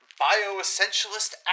bioessentialist